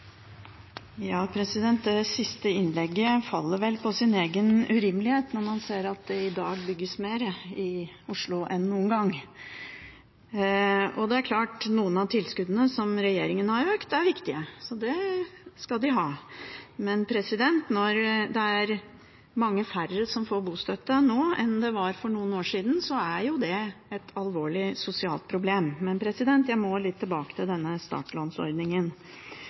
Ja, det siste innlegget faller vel på sin egen urimelighet når man ser at det i dag bygges mer i Oslo enn noen gang. Det er klart at noen av tilskuddene som regjeringen har økt, er viktige – det skal de ha – men når det er mange færre som får bostøtte nå enn det var for noen år siden, er jo det et alvorlig sosialt problem. Men jeg må tilbake til denne startlånsordningen: